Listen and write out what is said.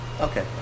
Okay